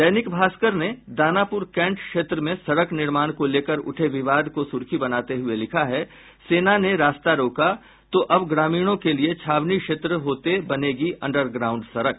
दैनिक भास्कर ने दानापूर कैन्ट क्षेत्र में सड़क निर्माण को लेकर उठे विवाद को सुर्खी बनाते हुये लिखा है सेना ने रास्ता रोका तो अब ग्रामीणों के लिए छावनी क्षेत्र होते बनेगी अंडरग्राउंड सड़क